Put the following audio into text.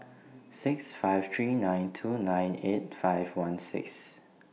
six five three nine two nine eight five one six